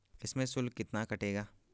इसमें शुल्क कितना कटेगा?